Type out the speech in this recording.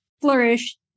flourish